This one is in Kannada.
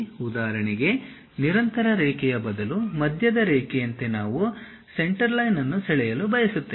ಉದಾಹರಣೆಗೆ ನಿರಂತರ ರೇಖೆಯ ಬದಲು ಮಧ್ಯದ ರೇಖೆಯಂತೆ ನಾವು ಸೆಂಟರ್ಲೈನ್ ಅನ್ನು ಸೆಳೆಯಲು ಬಯಸುತ್ತೇವೆ